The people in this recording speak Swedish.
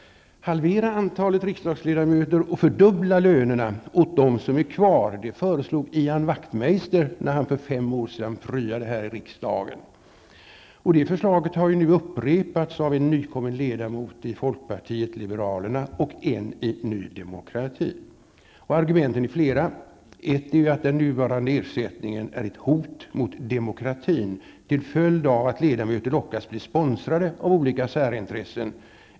Halvera antalet riksdagsledamöter, och fördubbla lönerna för dem som är kvar, föreslog Ian Wachtmeister när han för fem år sedan pryade här i riksdagen. Det förslaget har nu upprepats av en nykommen ledamot i folkpartiet liberalerna och en i Ny Demokrati. Argumenten är flera. Ett är att den nuvarande ersättningen är ett hot mot demokratin, eftersom ledamöter lockas att bli sponsrade av olika särintressen.